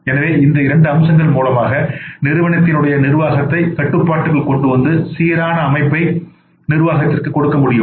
எனவே இந்த இரண்டு அம்சங்கள் மூலமாக நிறுவனத்தின் உடைய நிர்வாகத்தை கட்டுப்பாட்டுக்குள் கொண்டுவந்து சீரான அமைப்பை நிர்வாகத்திற்கு கொடுக்க முடியும்